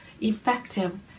effective